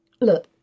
look